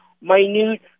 minute